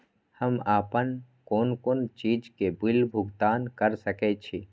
हम आपन कोन कोन चीज के बिल भुगतान कर सके छी?